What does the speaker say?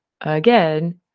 again